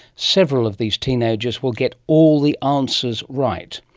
several of these teenagers will get all the answers right.